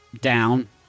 down